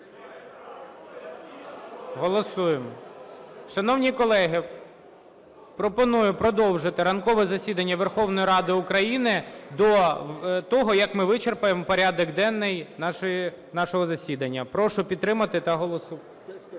Голосуємо. Шановні колеги, пропоную продовжити ранкове засідання Верховної Ради України до того, як ми вичерпаємо порядок денний нашого засідання. Прошу підтримати та голосувати.